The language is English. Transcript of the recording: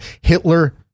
Hitler